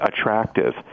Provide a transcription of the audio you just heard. attractive